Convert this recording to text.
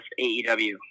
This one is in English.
aew